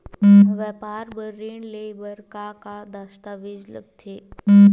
व्यापार बर ऋण ले बर का का दस्तावेज लगथे?